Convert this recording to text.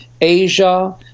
asia